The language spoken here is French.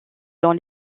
dans